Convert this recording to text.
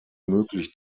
möglich